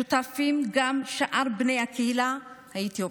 שותפים גם שאר בני הקהילה האתיופית.